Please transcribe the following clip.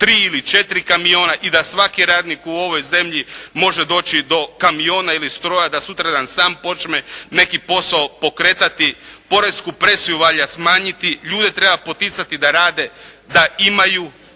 3 ili 4 kamiona i da svaki radnik u ovoj zemlji može doći do kamiona ili stroja da sutradan sam počne neki posao pokretati. Poresku presiju valja smanjiti, ljude treba poticati da rade, da imaju